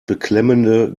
beklemmende